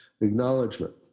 acknowledgement